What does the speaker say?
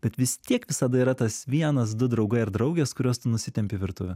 bet vis tiek visada yra tas vienas du draugai ar draugės kuriuos tu nusitempi į virtuvę